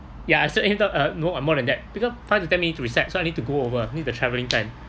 ya so anytime uh no more than that because five to ten minutes to reset so I need to go over I need the travelling time